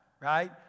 right